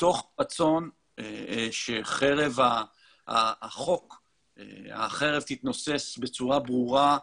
מתוך רצון שחרב החוק תתנופף בצורה ברורה,